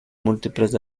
múltiples